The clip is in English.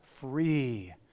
free